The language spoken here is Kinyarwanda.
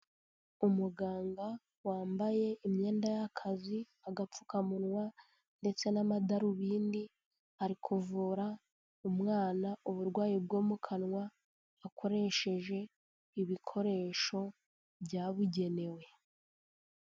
Umuganga wambaye imyenda y'akazi, agapfukamunwa ndetse n'amadarubindi, ari kuvura umwana uburwayi bwo mu kanwa, akoresheje ibikoresho byabugenewe.